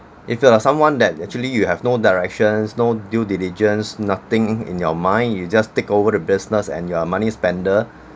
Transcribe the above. if you are someone that actually you have no directions no due diligence nothing in your mind you just take over the business and you're a money spender